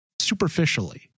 superficially